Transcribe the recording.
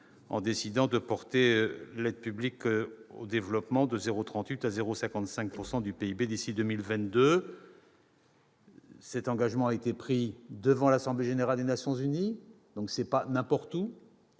consistant à porter l'aide publique au développement de 0,38 à 0,55 % du PIB d'ici à 2022. Cet engagement a été pris devant l'Assemblée générale des Nations unies, pas n'importe où,